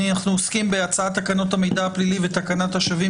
אנחנו עוסקים בהצעת תקנות המידע הפלילי ותקנת השבים